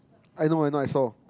I know I know I saw